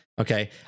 Okay